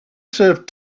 serve